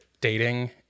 dating